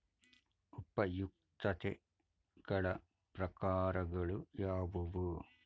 ಉಪಯುಕ್ತತೆಗಳ ಪ್ರಕಾರಗಳು ಯಾವುವು?